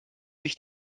sich